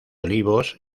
olivos